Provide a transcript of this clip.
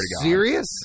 serious